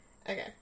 Okay